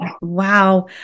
Wow